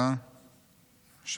זה